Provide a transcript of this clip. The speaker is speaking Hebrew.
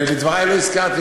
בדברי לא הזכרתי,